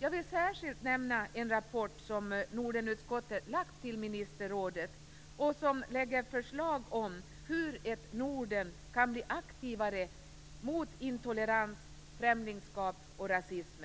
Jag vill särskilt nämna en rapport som Nordenutskottet lagt fram till ministerrådet. Den föreslår hur Norden kan bli aktivare mot intolerans, främlingsskap och rasism.